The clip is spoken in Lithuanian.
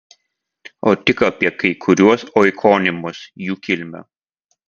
o tik apie kai kuriuos oikonimus jų kilmę